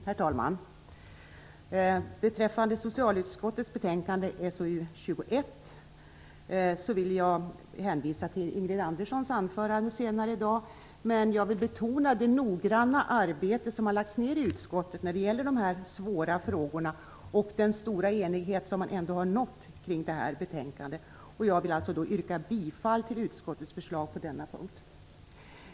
Herr talman! Beträffande socialutskottets betänkande SoU21 vill jag endast hänvisa till Ingrid Anderssons anförande senare i dag. Jag vill betona det stora arbete som har lagts ned i utskottet när det gäller dessa svåra frågor och den stora enighet som man ändå nått i detta betänkande och yrka bifall till utskottets förslag på denna punkt.